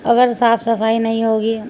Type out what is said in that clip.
اگر صاف صفائی نہیں ہوگی